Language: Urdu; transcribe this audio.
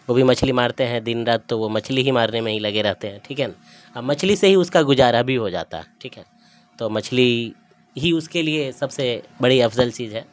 وہ بھی مچھلی مارتے ہیں دن رات تو وہ مچھلی ہی مارنے میں ہی لگے رہتے ہیں ٹھیک ہے نہ مچھلی سے ہی اس کا گزارہ بھی ہو جاتا ہے ٹھیک ہے تو مچھلی ہی اس کے لیے سب سے بڑی افضل چیز ہے